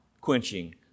quenching